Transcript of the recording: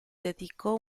dedicò